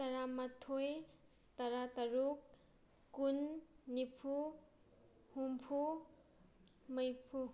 ꯇꯔꯥ ꯃꯊꯣꯏ ꯇꯔꯥ ꯇꯔꯨꯛ ꯀꯨꯟ ꯅꯤꯐꯨ ꯍꯨꯝꯐꯨ ꯃꯔꯤꯐꯨ